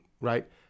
right